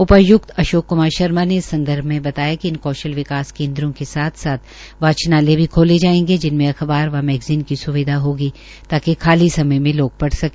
उपाय्क्त अशोक कुमार शर्मा ने इस संदर्भ में बताया कि इन कौशल विकास केन्द्रों के साथ साथ वाचनालय भी खोले जायेगे जिनमें अखबार व मैगज़ीन की सुविधा होगी ताकि खाली समय में लोग पढ़ सके